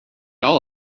all